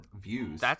views